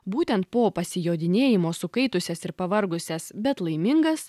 būtent po pasijodinėjimo sukaitusias ir pavargusias bet laimingas